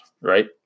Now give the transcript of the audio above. right